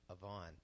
avon